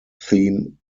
theme